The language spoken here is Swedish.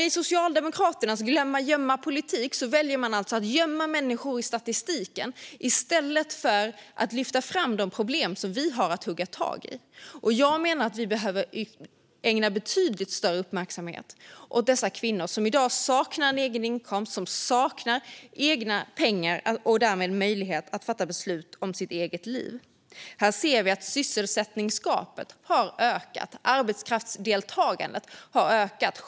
I Socialdemokraternas gömma-glömma-politik väljer man nämligen att gömma människor i statistiken i stället för att lyfta fram de problem som vi har att hugga tag i. Jag menar att vi behöver ägna betydligt större uppmärksamhet åt dessa kvinnor som i dag saknar en egen inkomst, som saknar egna pengar och därmed möjlighet att fatta beslut om sitt eget liv. Här ser vi att sysselsättningsgapet har ökat. Arbetskraftsdeltagandet har ökat.